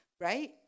right